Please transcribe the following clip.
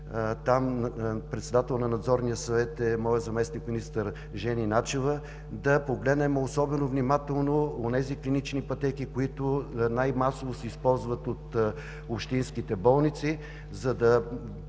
председател на Надзорния съвет е моят заместник-министър Жени Начева, да погледнем особено внимателно онези клинични пътеки, които най-масово се използват от общинските болници, да